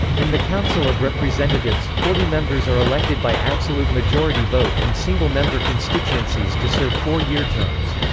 in the council of representatives, forty members are elected by absolute majority vote in single-member constituencies to serve four-year terms.